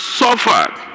suffered